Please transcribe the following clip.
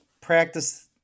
practice